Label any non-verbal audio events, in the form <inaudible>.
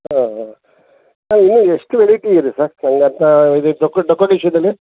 ಹಾಂ ಹಾಂ ಇನ್ನೂ ಎಷ್ಟು ವೆರೈಟಿ ಇದೆ ಸರ್ <unintelligible> ಇದು ಡಕೊ ಡಕೊರೇಷನಲ್ಲಿ